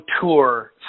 tour